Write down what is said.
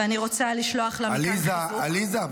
ואני רוצה לשלוח לה מכאן חיזוק -- עליזה,